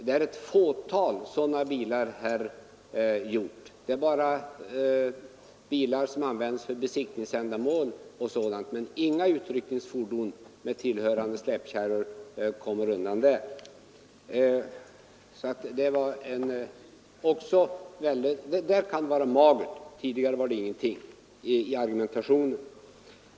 Det är ett fåtal bilar, herr Hjorth. Det gäller bara bilar som används för besiktningsändamål. Inga utryckningsfordon med tillhörande släpkärror är undantagna. Den där argumentationen kan vara mager — tidigare var det ingenting.